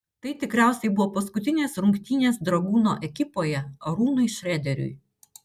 tai tikriausiai buvo paskutinės rungtynės dragūno ekipoje arūnui šrederiui